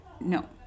No